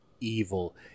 evil